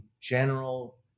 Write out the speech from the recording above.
general